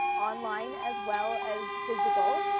online as well as physical.